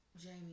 Jamie